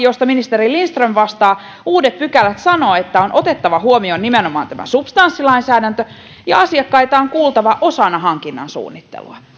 josta ministeri lindström vastaa uudet pykälät sanovat että on otettava huomioon nimenomaan tämä substanssilainsäädäntö ja asiakkaita on kuultava osana hankinnan suunnittelua